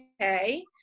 Okay